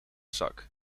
zak